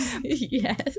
yes